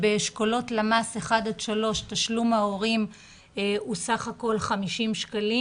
באשכולות למ"ס 3-1 תשלום ההורים הוא בסך הכול 50 שקלים